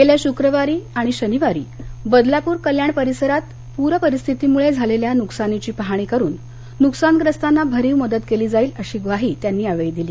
गेल्या शुक्रवारी आणि शनिवारी बदलापूर कल्याण परिसरात पूर परिस्थितीत झालेल्या नुकसानीची पाहणी करून नुकसानग्रस्तांना भरीव मदत केली जाईल अशी ग्वाही त्यांनी दिली